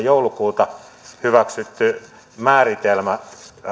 joulukuuta tuhatyhdeksänsataaseitsemänkymmentäneljä hyväksytty määritelmä